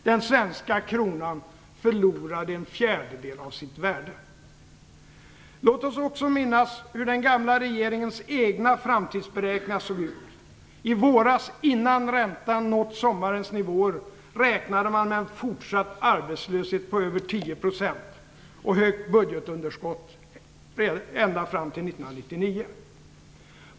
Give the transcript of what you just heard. Den svenska kronan förlorade en fjärdedel av sitt värde. Låt oss också minnas hur den gamla regeringens egna framtidsberäkningar såg ut. I våras, innan räntan nått sommarens nivåer, räknade man med en fortsatt arbetslöshet på över 10 % och ett stort budgetunderskott ända fram till 1999.